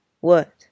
What